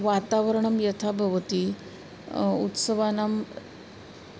वातावरणं यथा भवति उत्सवानाम्